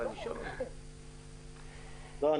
לא,